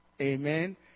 Amen